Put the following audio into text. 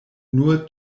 nur